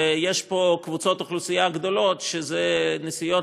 ויש פה קבוצות אוכלוסייה גדולות שנסיעות